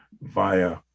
via